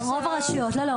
לא, לא.